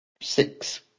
Six